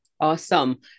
Awesome